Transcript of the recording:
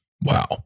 Wow